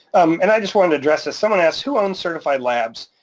and i just wanted to address this, someone asks, who owns certified labs?